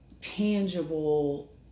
tangible